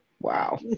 Wow